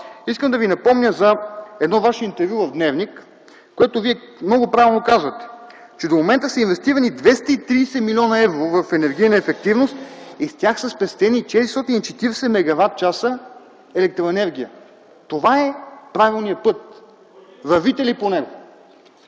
Искам да Ви напомня за едно Ваше интервю в „Дневник”, в което много правилно казвате, че до момента са инвестирани 230 млн. евро в енергийна ефективност и с тях са спестени 440 мегаватчаса електроенергия. Това е правилният път. Вървите ли по него?